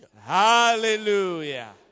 Hallelujah